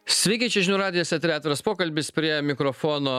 sveiki čia žinių radijas etery atviras pokalbis prie mikrofono